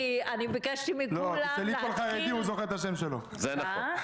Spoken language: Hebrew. אני טיפה סוטה לנושא אחר.